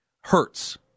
hurts